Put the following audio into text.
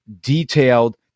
detailed